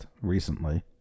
recently